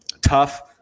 Tough